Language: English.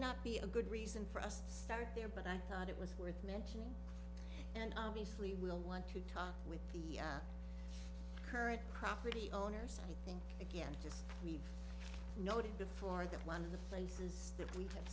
not be a good reason for us to start there but i thought it was worth mentioning and obviously will want to talk with the current property owners i think again just we've noted before that one of the places that we'd have